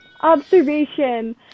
observation